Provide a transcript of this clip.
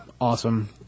awesome